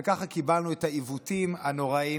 וככה קיבלנו את העיוותים הנוראיים,